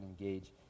engage